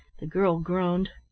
the girl groaned.